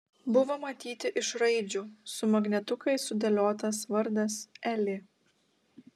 buvo matyti iš raidžių su magnetukais sudėliotas vardas elė